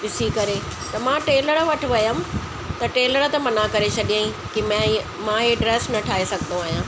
ॾिसी करे त मां टेलर वटि वियमि त टेलर त मना करे छॾयईं की में मां इहे ड्रेस न ठाहे सघंदो आहियां